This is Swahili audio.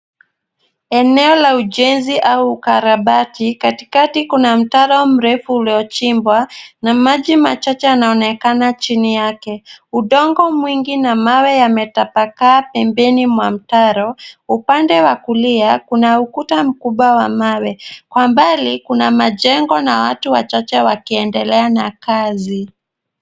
Eneo la ujenzi au ukarabati, katikati kuna mtaro mrefu uliochimbwa na maji machache yanaonekana chini yake. Udongo mwingi na mawe yametapakaa pembeni mwa mtaro, upande wa kulia, kuna ukuta mkubwa wa mawe. Kwa mbali, kuna majengo na watu wachache wakiendelea na kazi.